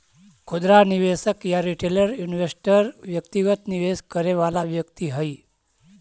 खुदरा निवेशक या रिटेल इन्वेस्टर व्यक्तिगत निवेश करे वाला व्यक्ति हइ